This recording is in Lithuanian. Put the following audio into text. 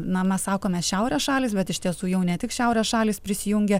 na mes sakome šiaurės šalys bet iš tiesų jau ne tik šiaurės šalys prisijungia